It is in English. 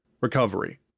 Recovery